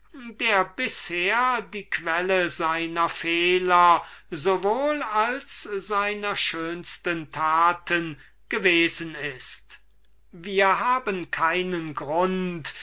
der bisher die quelle seiner fehler sowohl als seiner schönsten taten gewesen ist wir haben keinen grund